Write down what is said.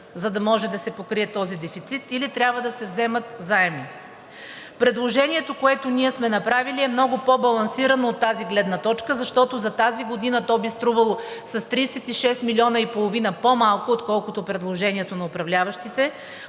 за да може да се покрие този дефицит, или трябва да се вземат заеми. Предложението, което ние сме направили, е много по балансирано от тази гледна точка, защото за тази година то би струвало с 36 милиона и половина по-малко, отколкото предложението на управляващите,